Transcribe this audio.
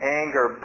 anger